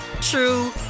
true